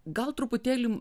gal truputėlį